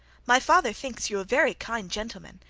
my father thinks you a very kind gentleman,